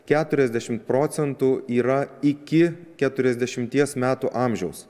keturiasdešim procentų yra iki keturiasdešimties metų amžiaus